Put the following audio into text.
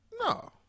No